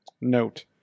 note